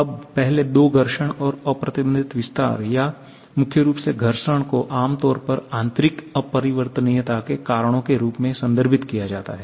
अब पहले दो घर्षण और अप्रतिबंधित विस्तार या मुख्य रूप से घर्षण को आमतौर पर आंतरिक अपरिवर्तनीयता के कारणों के रूप में संदर्भित किया जाता है